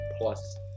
plus